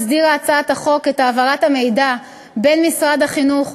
הצעת החוק מסדירה את העברת המידע בין משרד החינוך,